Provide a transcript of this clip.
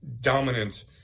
dominant